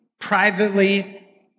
privately